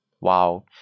Wow